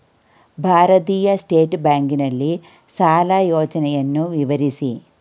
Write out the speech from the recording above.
ಭಾರತೀಯ ಸ್ಟೇಟ್ ಬ್ಯಾಂಕಿನ ಸಾಲ ಯೋಜನೆಯನ್ನು ವಿವರಿಸಿ?